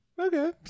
Okay